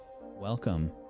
Welcome